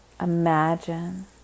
imagine